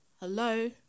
Hello